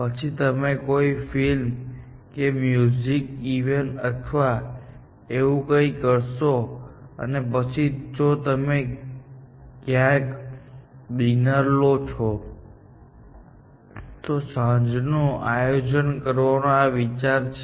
પછી તમે કોઈ ફિલ્મ કે મ્યુઝિક ઇવેન્ટમાં અથવા એવું કંઈક કરશો અને પછી જો તમે ક્યાંક ડિનર લો છો તો સાંજનું આયોજન કરવાનો આ વિચાર છે